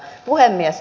puhemies